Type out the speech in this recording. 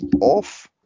off